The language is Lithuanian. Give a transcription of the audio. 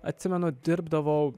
atsimenu dirbdavau